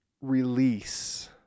release